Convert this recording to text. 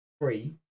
three